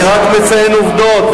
אני רק מציין עובדות.